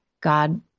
God